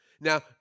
Now